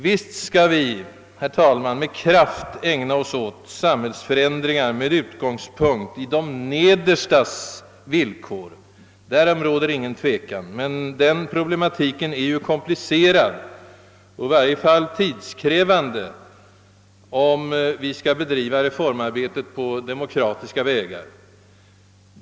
Visst skall vi, herr talman, med kraft ägna oss åt samhällsförändringar med utgångspunkt från deras villkor, som befinner sig »nederst», därom råder ingen tvekan. Men denna problematik är komplicerad och i varje fall tidskrävande, om vi skall bedriva reformarbetet på demokratiska vägar.